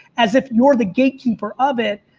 as if you're the gatekeeper of it.